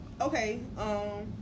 okay